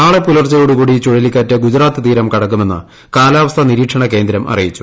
നാളെ പുലർച്ചെയോടു കൂടി ചുഴലിക്കാറ്റ് ഗുജറാത്ത് തീരം കടക്കുമെന്ന് കാലാവസ്ഥാ നീരീക്ഷണകേന്ദ്രം അറിയിച്ചു